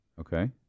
Okay